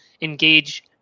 engage